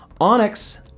Onyx